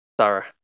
Sorry